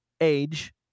age